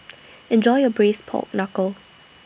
Enjoy your Braised Pork Knuckle